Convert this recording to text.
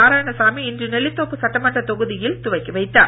நாராயணசாமி இன்று நெல்லித்தோப்பு சட்டமன்ற தொகுதியில் துவக்கி வைத்தார்